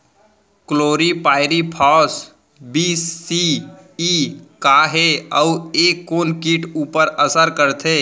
Chlorpyrifos बीस CE का हे अऊ ए कोन किट ऊपर असर करथे?